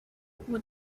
what